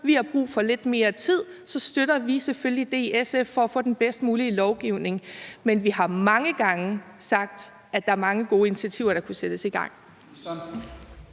man har brug for lidt mere tid, så støtter vi i SF det selvfølgelig for at få den bedst mulige lovgivning. Men vi har mange gange sagt, at der er mange gode initiativer, der kunne sættes i gang.